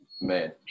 Man